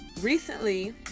recently